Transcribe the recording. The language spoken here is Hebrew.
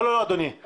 לא, לא, אדוני.